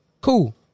Cool